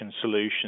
solution